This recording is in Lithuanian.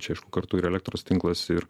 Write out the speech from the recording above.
čia aišku kartu ir elektros tinklas ir